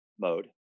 mode